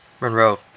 Monroe